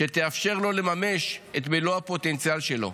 שתאפשר לו לממש את מלוא הפוטנציאל שלו.